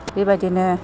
बेबादिनो